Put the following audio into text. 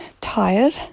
tired